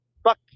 Fuck